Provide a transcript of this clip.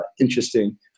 interesting